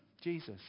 Jesus